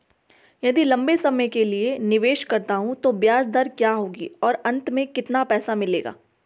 यदि लंबे समय के लिए निवेश करता हूँ तो ब्याज दर क्या होगी और अंत में कितना पैसा मिलेगा?